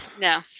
No